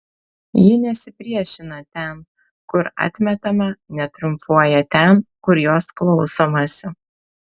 ji nesipriešina ten kur atmetama netriumfuoja ten kur jos klausomasi